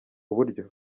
buryo